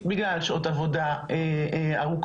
בגלל שעות עבודה ארוכות,